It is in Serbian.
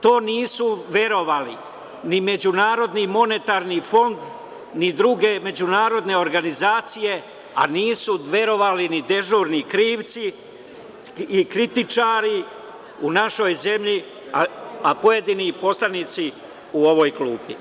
To nisu verovali ni MMF ni druge međunarodne organizacije, a nisu verovali ni dežurni krivci i kritičari u našoj zemlji, a pojedini poslanici u ovoj klupi.